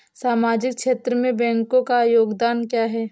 सामाजिक क्षेत्र में बैंकों का योगदान क्या है?